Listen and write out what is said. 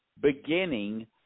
beginning